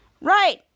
right